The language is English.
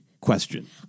question